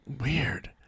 Weird